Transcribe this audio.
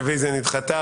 הרביזיה נדחתה.